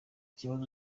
ikibazo